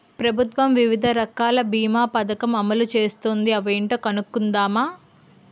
ప్రభుత్వం వివిధ రకాల బీమా పదకం అమలు చేస్తోంది అవేంటో కనుక్కుందామా?